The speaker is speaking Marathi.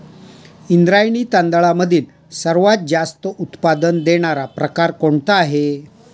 इंद्रायणी तांदळामधील सर्वात जास्त उत्पादन देणारा प्रकार कोणता आहे?